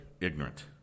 ignorant